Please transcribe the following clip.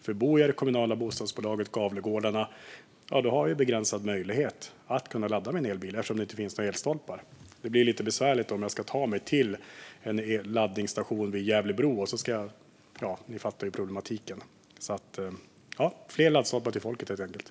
Om jag bor i det kommunala bostadsbolaget Gavlegårdarn har jag begränsad möjlighet att ladda min elbil eftersom det inte finns några elstolpar. Det blir lite besvärligt om jag ska ta mig till en laddningsstation vid Gävlebro - ja, ni fattar problematiken. Fler laddstolpar till folket, helt enkelt!